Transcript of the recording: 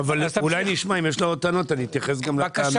אני מעריך שאתם מתנגדים לעניין הזה.